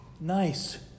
Nice